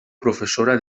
professora